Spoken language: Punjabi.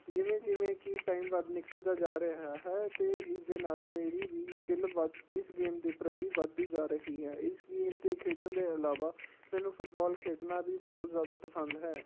ਜਿਵੇਂ ਜਿਵੇਂ ਕਿ ਟਾਈਮ ਵੱਧ ਨਿਕਲਦਾ ਜਾ ਰਿਹਾ ਹੈ ਅਤੇ ਇਸ ਦੇ ਨਾਲ ਮੇਰੀ ਵੀ ਸਕਿਲ ਵੱਧ ਇਸ ਗੇਮ ਦੇ ਪ੍ਰਤੀ ਵੱਧਦੀ ਜਾ ਰਹੀ ਹੈ ਇਸ ਗੇਮ ਦੇ ਖੇਡਣ ਦੇ ਇਲਾਵਾ ਮੈਨੂੰ ਫੁਟਬੋਲ ਖੇਡਣਾ ਵੀ ਬਹੁਤ ਜ਼ਿਆਦਾ ਪਸੰਦ ਹੈ